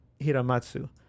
hiramatsu